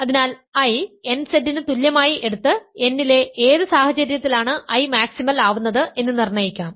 അതിനാൽ I nZ ന് തുല്യമായി എടുത്ത് n ലെ ഏത് സാഹചര്യത്തിലാണ് I മാക്സിമൽ ആവുന്നത് എന്ന് നിർണ്ണയിക്കാം